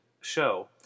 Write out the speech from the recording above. show